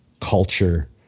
culture